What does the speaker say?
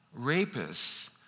rapists